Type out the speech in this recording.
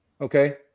Okay